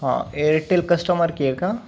हा Airtel customer care का